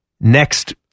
next